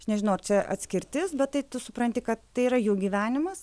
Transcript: aš nežinau ar čia atskirtis bet tai tu supranti kad tai yra jų gyvenimas